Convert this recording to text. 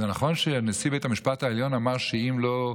זה נכון שנשיא בית המשפט העליון אמר שאם